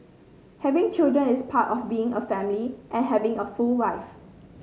having children is part of being a family and having a full life